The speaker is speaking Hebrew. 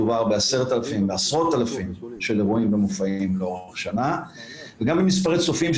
מדובר בעשרות אלפים של מופעים ואירועים לאורך השנה וגם מספר הצופים,